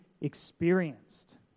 experienced